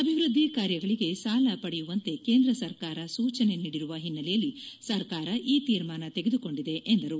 ಅಭಿವ್ಯದ್ಲಿ ಕಾರ್ಯಗಳಿಗೆ ಸಾಲ ಪಡೆಯುವಂತೆ ಕೇಂದ್ರ ಸರ್ಕಾರ ಸೂಚನೆ ನೀಡಿರುವ ಹಿನ್ನೆಲೆಯಲ್ಲಿ ಸರ್ಕಾರ ಈ ತೀರ್ಮಾನ ತೆಗೆದುಕೊಂಡಿದೆ ಎಂದರು